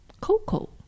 Coco